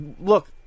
look